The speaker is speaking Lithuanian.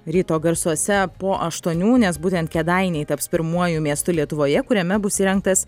ryto garsuose po aštuonių nes būtent kėdainiai taps pirmuoju miestu lietuvoje kuriame bus įrengtas